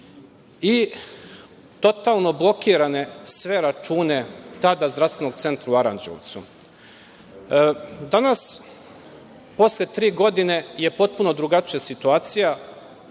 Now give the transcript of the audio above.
i totalno blokirane sve račune tada Zdravstvenog centra u Aranđelovcu. Danas posle tri godine je potpuno drugačija situacija,